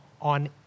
on